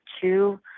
two